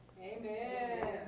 Amen